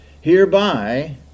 Hereby